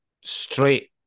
straight